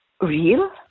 real